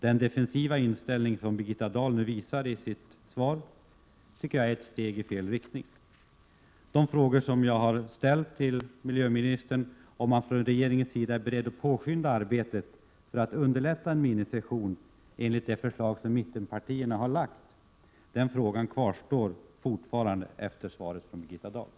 Den definitiva inställning som Birgitta Dahl nu visar i sitt svar är ett steg i fel riktning. Den fråga som jag har ställt till miljöministern, om regeringen är beredd att påskynda arbetet för att underlätta en s.k. minisession enligt det förslag som mittenpartierna har framlagt, kvarstår obesvarad efter Birgitta Dahls svar.